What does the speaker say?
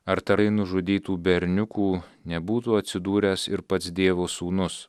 ar tari nužudytų berniukų nebūtų atsidūręs ir pats dievo sūnus